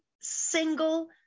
single